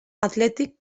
athletic